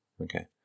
Okay